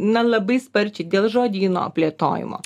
na labai sparčiai dėl žodyno plėtojimo